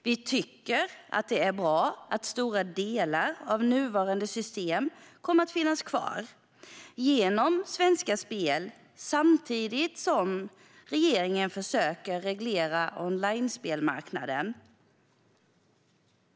Vi tycker att det är bra att stora delar av nuvarande system kommer att finnas kvar genom Svenska Spel, samtidigt som regeringen försöker reglera onlinespelmarknaden.